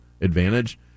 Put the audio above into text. advantage